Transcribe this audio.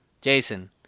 Jason